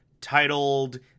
titled